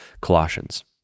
Colossians